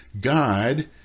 God